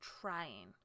trying